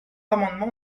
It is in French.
amendement